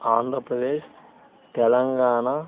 Andhra Pradesh Telangana